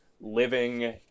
living